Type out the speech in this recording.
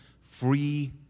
Free